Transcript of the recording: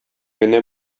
генә